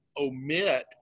omit